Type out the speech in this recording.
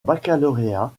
baccalauréat